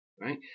right